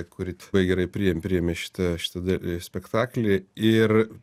kuri labai gerai priėm priėmė šitą šitą da spektaklį ir